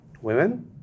women